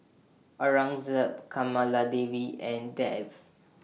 Aurangzeb Kamaladevi and Dev